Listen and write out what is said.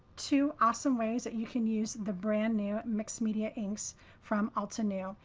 two awesome ways that you can use the brand new mixed media inks from altenew.